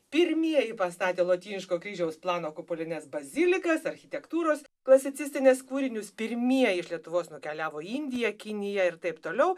pirmieji pastatė lotyniško kryžiaus plano kupolines bazilikas architektūros klasicistinės kūrinius pirmieji iš lietuvos nukeliavo į indiją kiniją ir taip toliau